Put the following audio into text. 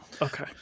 Okay